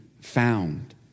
found